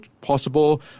possible